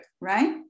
right